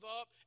up